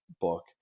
book